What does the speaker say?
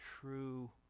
true